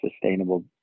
sustainable